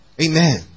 Amen